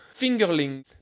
fingerling